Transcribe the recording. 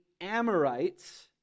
Amorites